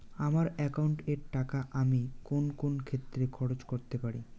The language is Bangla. আমার একাউন্ট এর টাকা আমি কোন কোন ক্ষেত্রে খরচ করতে পারি?